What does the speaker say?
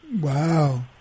Wow